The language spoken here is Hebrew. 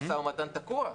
המשא-ומתן תקוע.